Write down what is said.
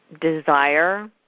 desire